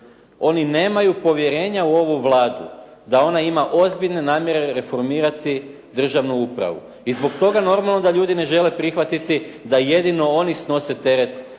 Oni nemaju povjerenja u ovu Vladu da ona ima ozbiljne namjere reformirati državnu upravu. I zbog toga normalno da ljudi ne žele prihvatiti da jedino oni snose teret